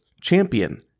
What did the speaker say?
Champion